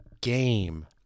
game